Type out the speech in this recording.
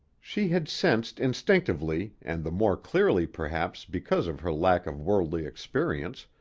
she had sensed instinctively, and the more clearly perhaps because of her lack of worldly experience,